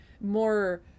more